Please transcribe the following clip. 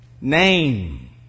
name